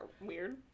Weird